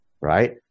right